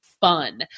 fun